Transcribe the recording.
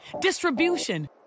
distribution